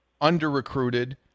under-recruited